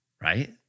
Right